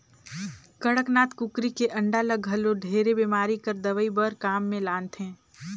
कड़कनाथ कुकरी के अंडा ल घलो ढेरे बेमारी कर दवई बर काम मे लानथे